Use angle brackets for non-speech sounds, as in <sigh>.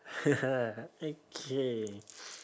<laughs> okay